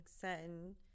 certain